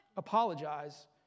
apologize